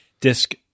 disc